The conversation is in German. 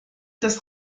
das